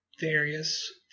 various